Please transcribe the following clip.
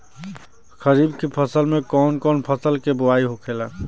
खरीफ की फसल में कौन कौन फसल के बोवाई होखेला?